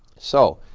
so,